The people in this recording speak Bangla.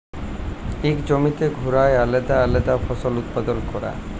ইক জমিতে ঘুরায় আলেদা আলেদা ফসল উৎপাদল ক্যরা